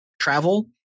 travel